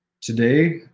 today